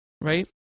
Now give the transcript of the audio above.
right